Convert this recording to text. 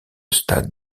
stade